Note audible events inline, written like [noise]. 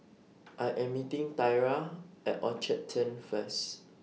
[noise] I Am meeting Thyra At Orchard Turn First